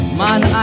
man